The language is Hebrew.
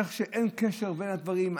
איך שאין קשר בין הדברים.